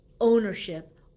ownership